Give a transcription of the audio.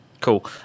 Cool